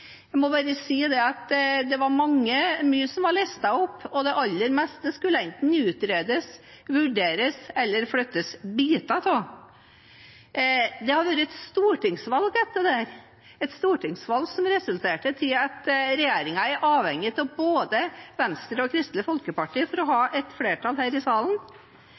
Jeg må bare si at det var mye som var listet opp, og det aller meste skulle enten utredes eller vurderes, eller deler av det skulle flyttes. Det har vært et stortingsvalg etter dette, et stortingsvalg som resulterte i at regjeringen er avhengig av både Venstre og Kristelig Folkeparti for å ha flertall her i salen.